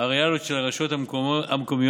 הריאליות של הרשויות המקומיות